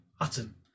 atom